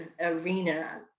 arena